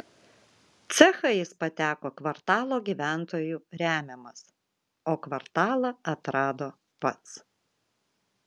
cechą jis pateko kvartalo gyventojų remiamas o kvartalą atrado pats